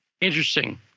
interesting